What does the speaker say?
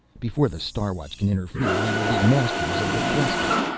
before the star watch can interfere, we will be masters of the cluster.